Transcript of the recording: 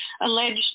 alleged